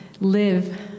live